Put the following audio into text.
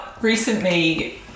Recently